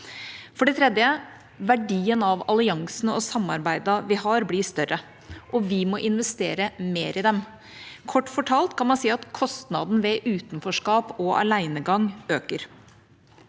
For det tredje: Verdien av alliansene og samarbeidene vi har, blir større, og vi må investere mer i dem. Kort fortalt kan man si at kostnaden ved utenforskap og alenegang øker.